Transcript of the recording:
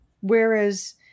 Whereas